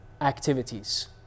activities